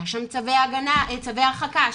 היה שם צווי הרחקה שניתנו.